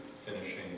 finishing